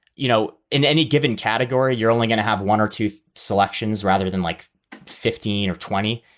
you know, in any given category, you're only going to have one or two selections rather than like fifteen or twenty.